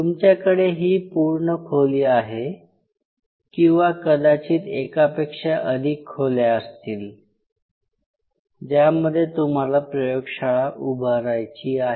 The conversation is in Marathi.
तुमच्याकडे ही पूर्ण खोली आहे किंवा कदाचित एकापेक्षा अधिक खोल्या असतील ज्यामध्ये तुम्हाला प्रयोगशाळा उभारायची आहे